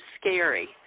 scary